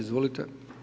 Izvolite.